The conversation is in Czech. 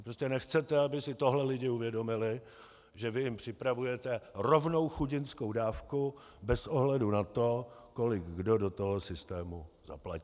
Prostě nechcete, aby si tohle lidé uvědomili, že vy jim připravujete rovnou chudinskou dávku bez ohledu na to, kolik kdo do systému zaplatí.